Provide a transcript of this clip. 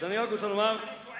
אם אני טועה,